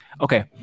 Okay